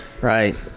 Right